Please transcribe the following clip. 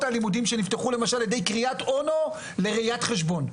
הלימודים שנפתחו למשל בקריית אונו לראיית חשבון.